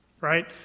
right